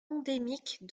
endémique